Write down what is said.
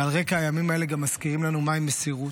ועל רקע הימים האלה גם מזכירים לנו מהי מסירות.